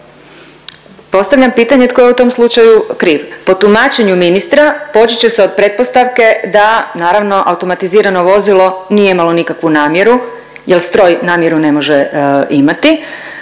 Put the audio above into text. Postavljam pitanje tko je u tom slučaju kriv? Po tumačenju ministra počet će se od pretpostavke da naravno automatizirano vozilo nije imalo nikakvu namjeru jer stroj namjeru ne može imati,